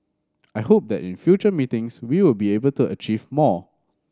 I hope that in future meetings we will be able to achieve more